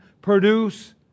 produce